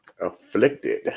Afflicted